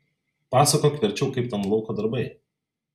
pasakok verčiau kaip ten lauko darbai